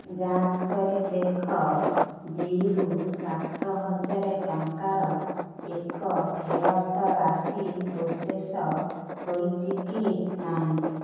ଯାଞ୍ଚ କରି ଦେଖ ଜୀ'ରୁ ସାତ ହଜାର ଟଙ୍କାର ଏକ ଫେରସ୍ତ ରାଶି ପ୍ରୋସେସ୍ ହୋଇଛି କି ନାହିଁ